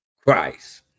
Christ